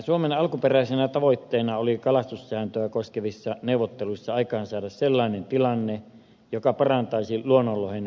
suomen alkuperäisenä tavoitteena oli kalastussääntöä koskevissa neuvotteluissa aikaansaada sellainen tilanne joka parantaisi luonnonlohen pääsyä kutujoelle